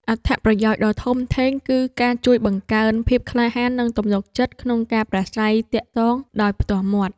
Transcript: អត្ថប្រយោជន៍ដ៏ធំធេងគឺការជួយបង្កើនភាពក្លាហាន និងទំនុកចិត្តក្នុងការប្រាស្រ័យទាក់ទងដោយផ្ទាល់មាត់។